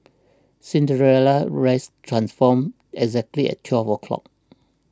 Cinderella's rest transformed exactly at twelve o'clock